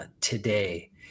today